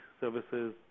services